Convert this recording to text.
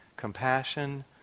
compassion